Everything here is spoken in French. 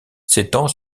s’étend